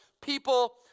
People